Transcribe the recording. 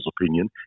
opinion